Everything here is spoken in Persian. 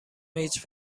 هیچ